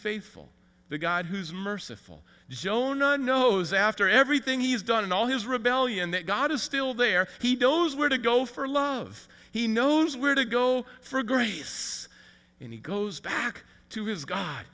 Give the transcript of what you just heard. faithful the god who is merciful jonah knows after everything he's done and all his rebellion that god is still there he knows where to go for love he knows where to go for grace and he goes back to his god